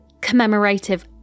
commemorative